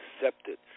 accepted